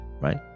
Right